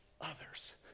others